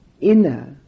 inner